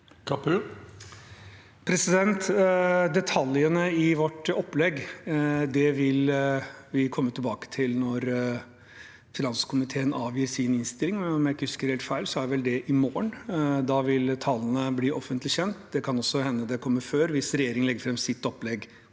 Detaljene i vårt opplegg vil vi komme tilbake til når finanskomiteen avgir sin innstilling. Om jeg ikke husker helt feil, er vel det i morgen. Da vil tallene bli offentlig kjent. Det kan også hende det kommer før, hvis regjeringen legger fram sitt opplegg